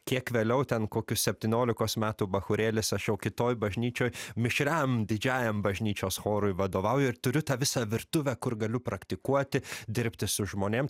kiek vėliau ten kokių septyniolikos metų bachūrėlis aš jau kitoje bažnyčioj mišriam didžiajam bažnyčios chorui vadovauju ir turiu tą visą virtuvę kur galiu praktikuoti dirbti su žmonėm